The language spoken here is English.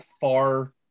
far